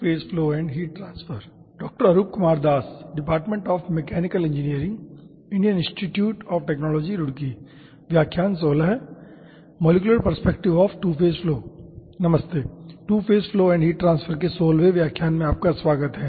नमस्ते two phase flow and heat transfer के सोलहवें व्याख्यान में आपका स्वागत है